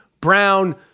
Brown